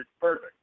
perfect